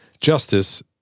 justice